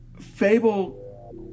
fable